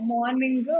Morning